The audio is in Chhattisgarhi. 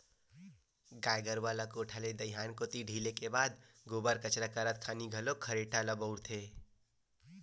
गाय गरुवा ल कोठा ले दईहान कोती ढिले के बाद गोबर कचरा करत खानी घलोक खरेटा ल बउरथे